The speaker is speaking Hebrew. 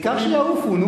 העיקר שיעופו, נו.